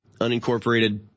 unincorporated